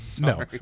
No